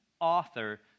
author